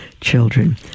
children